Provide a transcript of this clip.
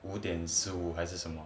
五点十五还是什么